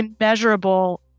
immeasurable